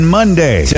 Monday